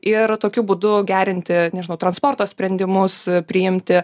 ir tokiu būdu gerinti nežinau transporto sprendimus priimti